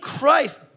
Christ